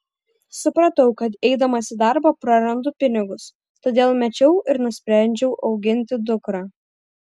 supratau kad eidamas į darbą prarandu pinigus todėl mečiau ir nusprendžiau auginti dukrą